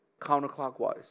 Counterclockwise